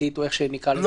חקיקתית או איך שנקרא לזה,